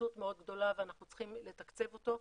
בולטות מאוד גדולה ואנחנו צריכים לתקצב אותו,